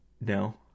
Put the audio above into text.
no